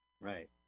Right